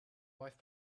wife